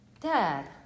Dad